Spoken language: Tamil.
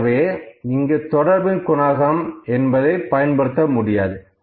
ஆகவே இங்கு தொடர்பின் குணகம் என்பதை பயன்படுத்த முடியாது